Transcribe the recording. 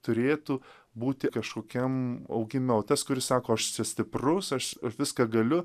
turėtų būti kažkokiam augime o tas kuris sako aš čia stiprus aš viską galiu